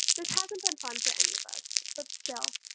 this hasn't been fun for any of us. but still,